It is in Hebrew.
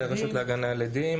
או הרשות להגנה על עדים,